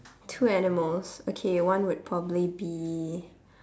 two animals okay one would probably be